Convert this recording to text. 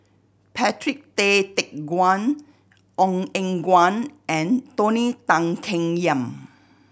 Patrick Tay Teck Guan Ong Eng Guan and Tony Tan Keng Yam